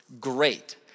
great